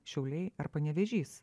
šiauliai ar panevėžys